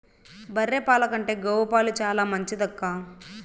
బర్రె పాల కంటే గోవు పాలు చాలా మంచిదక్కా